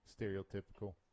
Stereotypical